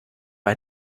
bei